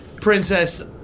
Princess